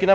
gå.